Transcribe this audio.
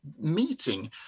meeting